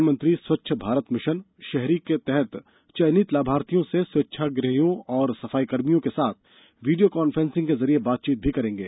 प्रधानमंत्री स्वच्छ भारत मिशन शहरी के तहत चयनित लाभार्थियों से स्वेच्छाग्रहियों और सफाई कर्मियों के साथ वीडियो कांफ्रेंसिंग के जरिये बातचीत भी करेंगे